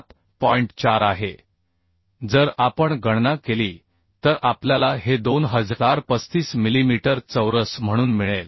4 आहे जर आपण गणना केली तर आपल्याला हे 2035 मिलीमीटर चौरस म्हणून मिळेल